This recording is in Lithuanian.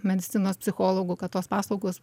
medicinos psichologų kad tos paslaugos